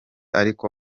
ariko